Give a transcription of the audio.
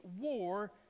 war